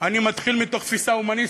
אני מתחיל מתוך תפיסה הומניסטית,